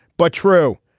but true.